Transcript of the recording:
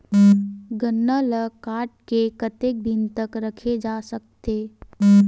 गन्ना ल काट के कतेक दिन तक रखे जा सकथे?